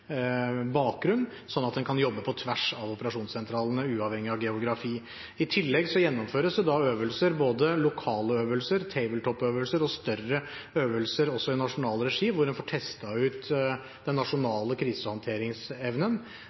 bakgrunn, slik at en kan jobbe på tvers av operasjonssentralene uavhengig av geografi. I tillegg gjennomføres det øvelser, både lokale øvelser, tabletop-øvelser og større øvelser, også i nasjonal regi, hvor en får testet ut den nasjonale krisehåndteringsevnen.